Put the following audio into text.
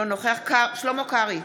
אינו נוכח שלמה קרעי,